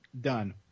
done